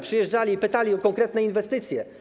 Przyjeżdżali i pytali o konkretne inwestycje.